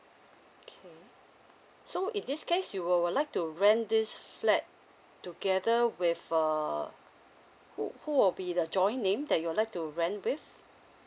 okay so in this case you were would like to rent this flat together with uh who who will be the joint name that you would like to rent with